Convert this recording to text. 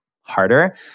harder